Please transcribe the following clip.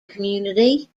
community